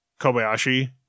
Kobayashi